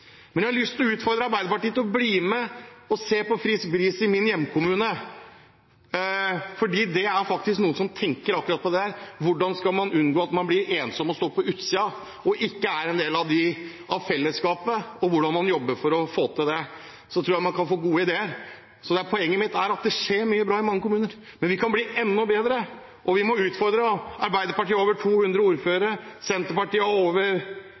Jeg har lyst til å utfordre Arbeiderpartiet til å bli med og se på Frisk Bris i min hjemkommune. Der er det faktisk noen som tenker på akkurat dette: Hvordan skal man unngå at man blir ensom og stående på utsiden og ikke er en del av fellesskapet, og hvordan jobber man for å få det til? Jeg tror man kan få gode ideer. Poenget mitt er at det skjer mye bra i mange kommuner, men vi kan bli enda bedre, og vi må utfordre. Arbeiderpartiet har over 200 ordførere, Senterpartiet har over